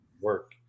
Work